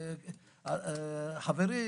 חברי,